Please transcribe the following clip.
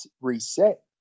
reset